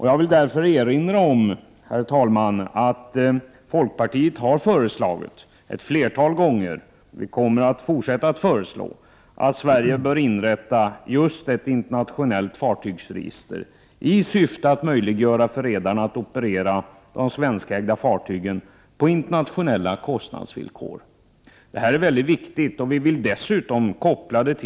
Jag vill därför, herr talman, erinra om att folkpartiet ett flertal gånger har föreslagit att Sverige skall inrätta ett internationellt fartygsregister i syfte att möjliggöra för redarna att operera de svenskägda fartygen på internationella kostnadsvillkor. Det kommer vi också att fortsätta föreslå. Detta är mycket viktigt.